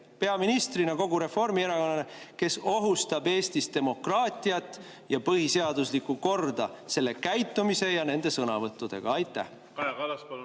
peaministrina, kogu Reformierakonnana, kes ohustab Eestis demokraatiat ja põhiseaduslikku korda oma käitumise ja nende sõnavõttudega? Aitäh,